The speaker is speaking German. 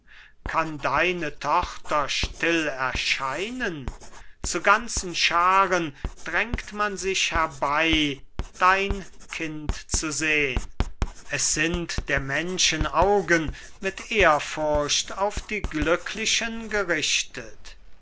kann deine tochter still erscheinen zu ganzen schaaren drängt man sich herbei dein kind zu sehn es sind der menschen augen mit ehrfurcht auf die glücklichen gerichtet